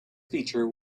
feature